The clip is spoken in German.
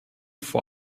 vor